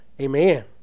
Amen